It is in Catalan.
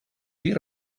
dir